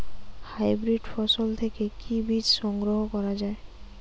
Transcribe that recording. Hybrid ফসল থেকে কি বীজ সংগ্রহ করা য়ায়?